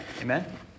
Amen